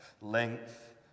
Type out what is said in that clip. length